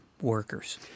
workers